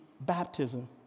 baptism